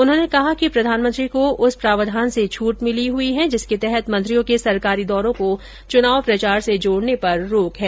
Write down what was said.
उन्होंने कहा कि प्रधानमंत्री को उस प्रावधान से छूट मिली हुई है जिसके तहत मंत्रियों के सरकारी दौरों को चुनाव प्रचार से जोड़ने पर रोक है